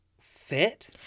fit